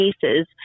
cases